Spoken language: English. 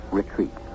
retreat